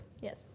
Yes